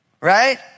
Right